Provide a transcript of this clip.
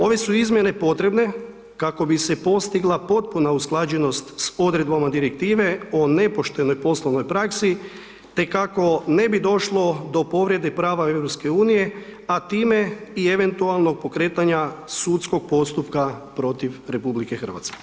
Ove su izmjene potrebne, kako bi se postigla potpuna usklađenost s odredbama direktive o nepoštenoj poslovnoj praksi, te kako ne bi došlo do povrede prava EU, a time i eventualnog pokretanja sudskog postupka protiv RH.